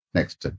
Next